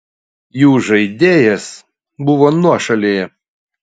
jų žaidėjas buvo nuošalėje